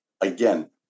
again